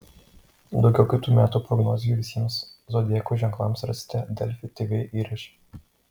daugiau kitų metų prognozių visiems zodiako ženklams rasite delfi tv įraše